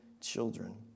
children